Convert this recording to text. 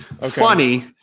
Funny